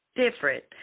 Different